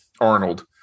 Arnold